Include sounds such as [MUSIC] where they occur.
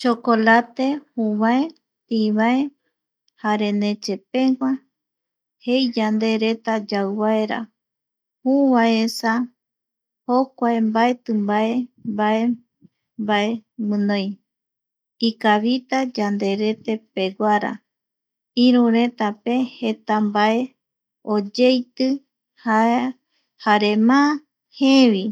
Chocolate jüüvae, tï vae jare nese pegua, jei yande reta yau vaera jüü vaeesa jokua mbaeti mbae mbae, mbae guinoi ikavita yande retepeguara iru reta pe jeta mbae oyeiti [HESITATION] jare má jeevi,